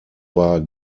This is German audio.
war